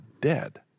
dead